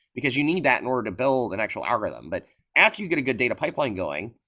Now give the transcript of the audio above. because you need that in order to build an actual algorithm, but after you get a good data pipeline going,